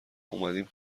اومدیم